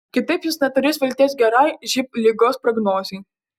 kitaip jis neturės vilties gerai živ ligos prognozei